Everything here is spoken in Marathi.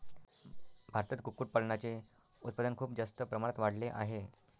भारतात कुक्कुटपालनाचे उत्पादन खूप जास्त प्रमाणात वाढले आहे